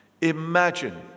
Imagine